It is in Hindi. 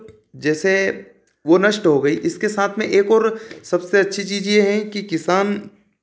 जैसे वो नष्ट हो गई इसके साथ में एक और सबसे अच्छी चीज़ यह है कि किसान